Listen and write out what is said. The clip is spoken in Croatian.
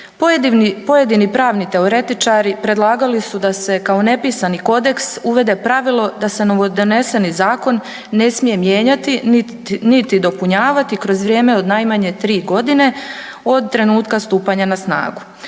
Pojedini pravni teoretičari predlagali su da se kao nepisani kodeks uvede pravilo da se novodoneseni zakon ne smije mijenjati niti dopunjavati kroz vrijeme od najmanje tri godine od trenutka stupanja na snagu.